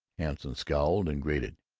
hanson scowled, and grated,